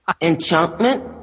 Enchantment